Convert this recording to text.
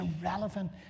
irrelevant